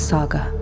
Saga